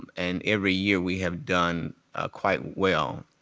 um and every year we have done quite well.